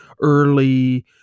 early